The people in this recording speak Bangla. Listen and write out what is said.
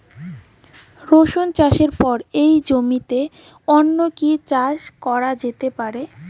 রসুন চাষের পরে ওই জমিতে অন্য কি চাষ করা যেতে পারে?